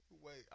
Wait